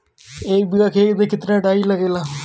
एक बिगहा में केतना डाई लागेला?